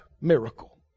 miracle